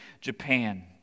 Japan